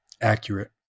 accurate